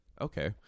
Okay